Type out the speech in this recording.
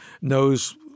knows